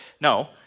No